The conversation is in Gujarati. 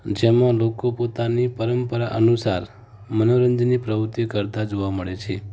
જેમાં લોકો પોતાની પરંપરા અનુસાર મનોરંજનની પ્રવૃત્તિ કરતાં જોવાં મળે છે